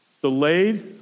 Delayed